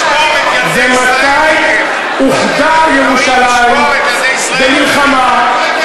ומתי אוחדה ירושלים במלחמה,